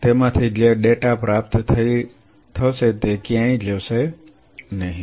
તેમાંથી જે ડેટા પ્રાપ્ત થશે તે ક્યાંય જશે નહિ